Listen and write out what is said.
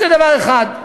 זה דבר אחד.